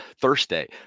Thursday